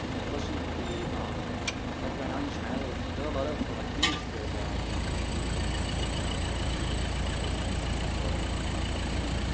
a question be like right now in china, there are a lot of like ministry about confucianism and also about relationship between business and also confucianism,